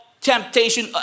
temptation